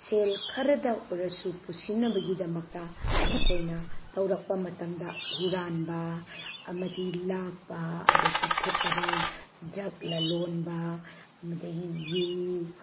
ꯁꯦꯜ ꯈꯔꯗ ꯑꯣꯏꯔꯁꯨ ꯄꯨꯁꯤꯟꯅꯕꯒꯤꯗꯃꯛꯇ ꯃꯈꯣꯏꯅ ꯇꯧꯔꯛꯄ ꯃꯇꯝꯗ ꯍꯨꯔꯥꯟꯕ ꯑꯃꯗꯤ ꯂꯥꯛꯄ ꯑꯗꯒꯤ ꯐꯠꯇꯕ ꯗ꯭ꯔꯛ ꯂꯂꯣꯟꯕ ꯃꯗꯒꯤ ꯌꯨ